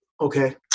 Okay